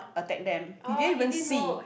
attack them he didn't even see